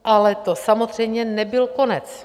Ale to samozřejmě nebyl konec.